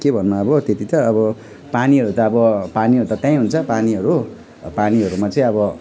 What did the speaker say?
के भन्नु अब त्यति त अब पानीहरू त अब पानीहरू त त्यहीँ हुन्छ पानीहरू पानीहरूमा चाहिँ अब